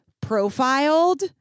profiled